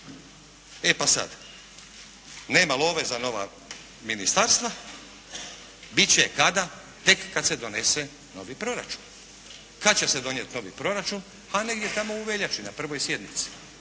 E pa sada, nema love za nova ministarstva, bit će kada, tek kad se donese novi proračun. Kad će se donijeti novi proračun, a negdje tamo u veljači na prvoj sjednici